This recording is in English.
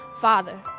Father